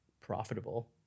profitable